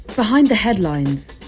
behind the headlines,